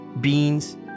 beans